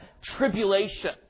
tribulation